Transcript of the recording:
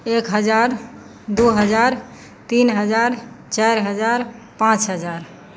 एक हजार दुइ हजार तीन हजार चारि हजार पाँच हजार